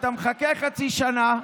אתה מחכה חצי שנה,